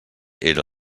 era